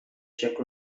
czech